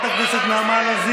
אלה דברים שאתה אמרת.